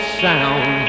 sound